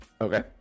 Okay